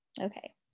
okay